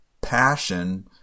passion